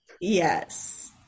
yes